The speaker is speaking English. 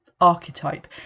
archetype